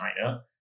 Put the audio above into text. China